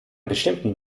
bestimmten